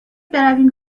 برویم